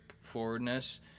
forwardness